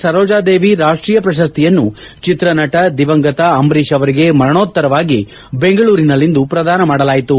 ಸರೋಜದೇವಿ ರಾಷ್ಟೀಯ ಪ್ರಶಸ್ತಿಯನ್ನು ಚಿತ್ರನಟ ದಿವಂಗತ ಅಂಬರೀತ್ ಅವರಿಗೆ ಮರಣೋತ್ತರವಾಗಿ ಬೆಂಗಳೂರಿನಲ್ಲಿಂದು ಪ್ರದಾನ ಮಾಡಲಾಯಿತು